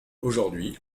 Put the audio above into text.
aujourd’hui